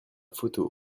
photo